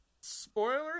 Spoilers